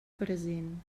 present